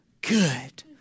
good